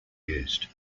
used